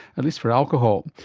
at least for alcohol.